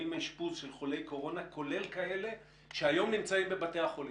האם האשפוז של חולי קורונה כולל כאלה שהיום נמצאים בבתי החולים.